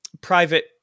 private